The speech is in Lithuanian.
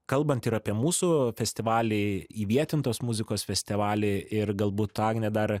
kalbant ir apie mūsų festivalį įvietintos muzikos festivalį ir galbūt agnė dar